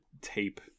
tape